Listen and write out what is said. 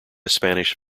spanish